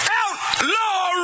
outlaw